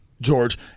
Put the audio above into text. George